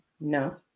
No